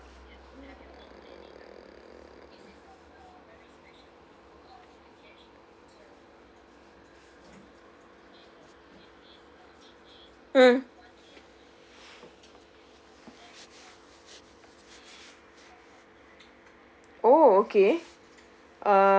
mm oh okay